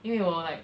因为我 like